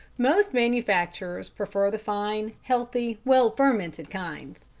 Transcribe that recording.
most manufacturers prefer the fine, healthy, well fermented kinds.